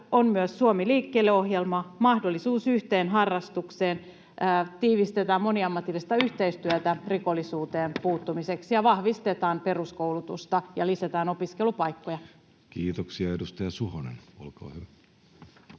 on myös Suomi liikkeelle ‑ohjelma, mahdollisuus yhteen harrastukseen, tiivistetään moniammatillista yhteistyötä rikollisuuteen puuttumiseksi ja vahvistetaan peruskoulutusta ja lisätään opiskelupaikkoja. Kiitoksia. — Edustaja Suhonen, olkaa hyvä.